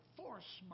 force